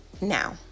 now